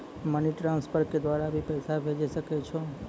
Money transfer के द्वारा भी पैसा भेजै सकै छौ?